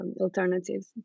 alternatives